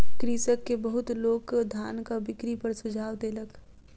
कृषक के बहुत लोक धानक बिक्री पर सुझाव देलक